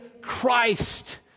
Christ